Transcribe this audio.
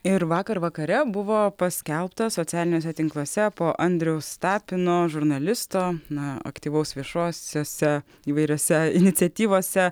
ir vakar vakare buvo paskelbta socialiniuose tinkluose po andriaus tapino žurnalisto na aktyvaus viešosiose įvairiose iniciatyvose